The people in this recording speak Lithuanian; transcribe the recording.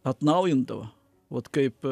atnaujindavo ot kaip